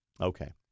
Okay